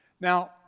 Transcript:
Now